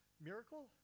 miracle